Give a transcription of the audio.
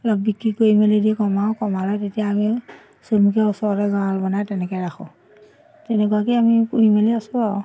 অলপ বিক্ৰী কৰি মেলি দি কমাও কমালে তেতিয়া আমি চমুকৈ ওচৰতে গঁৰাল বনাই তেনেকৈ ৰাখোঁ তেনেকুৱাকৈ আমি পুহি মেলি আছোঁ আৰু